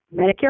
Medicare